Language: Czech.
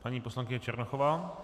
Paní poslankyně Černochová.